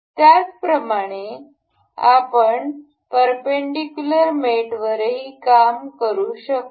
त्याचप्रमाणे आपण परपेंडिकुलर मेटवरही काम करू शकतो